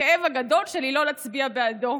הכאב הגדול שלי לא להצביע בעדו.